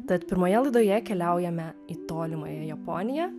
tad pirmoje laidoje keliaujame į tolimąją japoniją